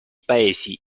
paesi